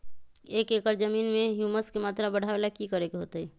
एक एकड़ जमीन में ह्यूमस के मात्रा बढ़ावे ला की करे के होतई?